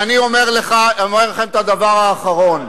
ואני אומר לכם את הדבר האחרון.